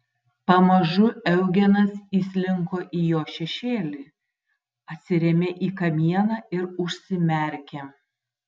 pamažu eugenas įslinko į jo šešėlį atsirėmė į kamieną ir užsimerkė